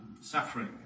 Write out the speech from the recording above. suffering